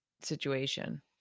situation